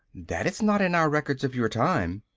that is not in our records of your time!